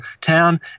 town